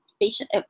patient